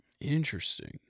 Interesting